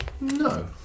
No